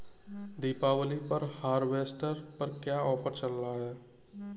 दीपावली पर हार्वेस्टर पर क्या ऑफर चल रहा है?